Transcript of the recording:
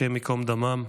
השם ייקום דמם.